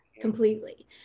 completely